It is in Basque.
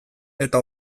eta